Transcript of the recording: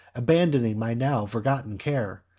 abandoning my now forgotten care,